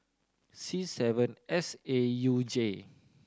C seven S A U J